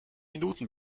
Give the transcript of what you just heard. minuten